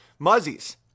muzzies